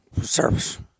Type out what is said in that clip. service